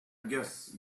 guess